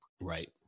Right